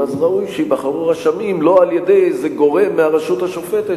אז ראוי שייבחרו רשמים לא על-ידי איזה גורם מהרשות השופטת